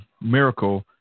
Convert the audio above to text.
miracle